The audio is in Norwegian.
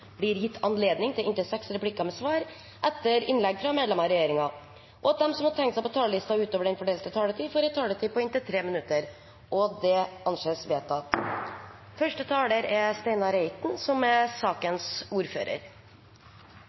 blir gitt anledning til inntil seks replikker med svar etter innlegg fra medlemmer av regjeringen, og at de som måtte tegne seg på talerlisten utover den fordelte taletid, får en taletid på inntil 3 minutter. – Det anses vedtatt. I komitéinnstillingen til representantforslaget som